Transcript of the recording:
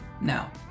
Now